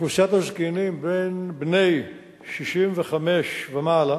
אוכלוסיית הזקנים בני 65 ומעלה